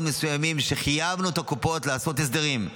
מסוימים שבהם חייבנו את הקופות לעשות הסדרים.